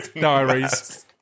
Diaries